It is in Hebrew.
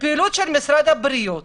משרד הבריאות